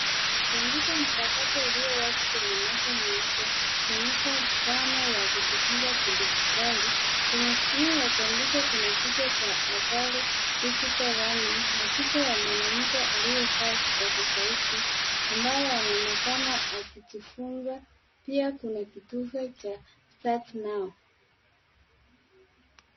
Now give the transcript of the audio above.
Kompyuta mpakato iliyo wazi kwenye meza nyeupe, ikionyesha dhana ya kujifunza kidijitali. Kwenye skrini ya kompyuta kuna kichwa cha habari, Digital Learning na picha ya mwanamke aliyevaa vipasa sauti ambaye anaoekana akijifunza. Pia kuna kitufe cha Start now .